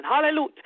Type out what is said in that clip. hallelujah